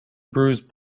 bruce